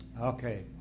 Okay